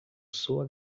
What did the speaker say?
sua